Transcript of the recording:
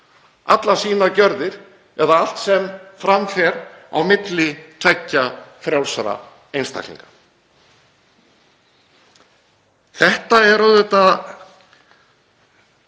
allar sínar gjörðir eða allt sem fram fer á milli tveggja frjálsra einstaklinga. Þetta er auðvitað